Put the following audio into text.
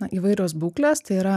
na įvairios būklės tai yra